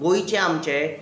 गोंयचे आमचे